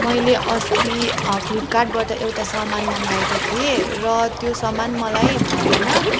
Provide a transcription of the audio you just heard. मैले अस्ति अँ फ्लिपकार्टबाट एउटा सामान मगाएको थिएँ र त्यो सामान मलाई भएन